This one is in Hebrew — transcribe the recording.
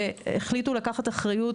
החליטו לקחת אחריות